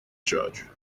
judge